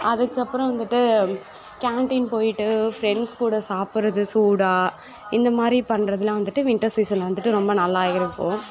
அதுக்கப்புறம் வந்துட்டு கேண்டின் போய்ட்டு ஃப்ரெண்ஸ் கூட சாப்புடுறது சூடாக இந்தமாரி பண்ணுறதுலாம் வந்துட்டு வின்டர் சீசன்ல வந்துட்டு ரொம்ப நல்லா இருக்கும்